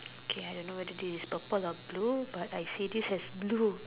okay I don't know whether this is purple or blue but I see this as blue